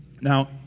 Now